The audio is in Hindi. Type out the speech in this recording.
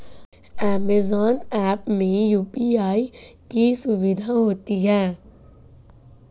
अमेजॉन ऐप में यू.पी.आई की सुविधा होती है